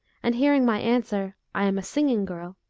and hearing my answer, i am a singing girl,